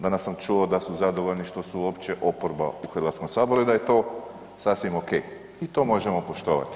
Danas sam čuo da su zadovolji što su uopće oporba u Hrvatskom saboru i da je to sasvim ok i to možemo poštovati.